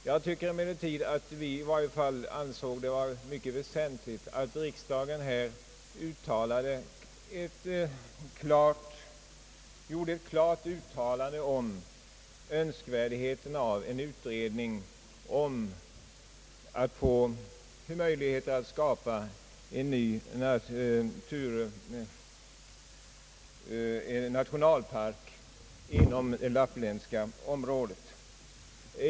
Jag tycker emellertid att vi har anledning anse det vara mycket väsentligt att riksdagen gjorde ett klart uttalande angående önskvärdheten av en utredning om möjligheten att skapa en ny nationalpark inom det lappländska området.